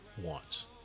wants